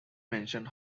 mention